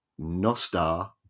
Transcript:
Nostar